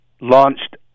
launched